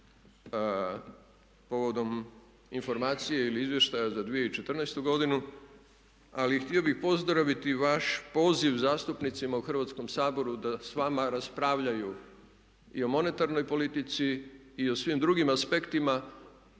povodom informacije ili izvještaja za 2014. godinu ali htio bih pozdraviti vaš poziv zastupnicima u Hrvatskom saboru da s vama raspravljaju i o monetarnoj politici i o svim drugim aspektima